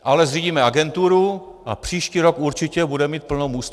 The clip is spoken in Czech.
Ale zřídíme agenturu a příští rok určitě budeme mít plno můstků.